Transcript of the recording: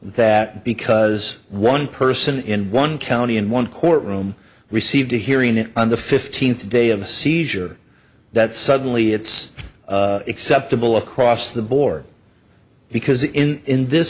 that because one person in one county in one courtroom received a hearing it on the fifteenth day of a seizure that suddenly it's acceptable across the board because in in this